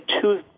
two